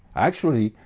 actually,